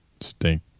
stink